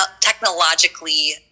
technologically